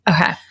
Okay